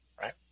Right